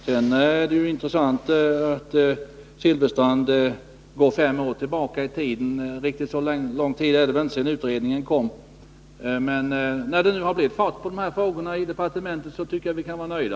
Sedan är det intressant att Bengt Silfverstrand går fem år tillbaka i tiden. Riktigt så länge sedan är det väl inte som utredningen kom fram. När det nu blivit fart på de här frågorna i departementet tycker jag att vi kan vara nöjda.